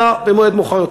אלא במועד מאוחר יותר,